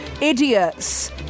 Idiots